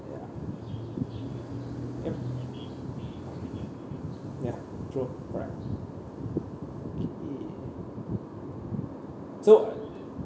ya yup ya true correct okay so uh